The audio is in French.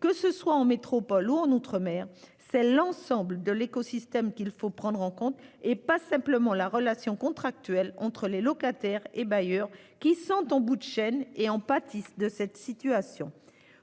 que ce soit en métropole ou outre-mer, c'est l'ensemble de l'écosystème qu'il faut prendre en compte, et pas simplement la relation contractuelle entre les locataires et les bailleurs, qui sont en bout de chaîne et pâtissent de ces situations.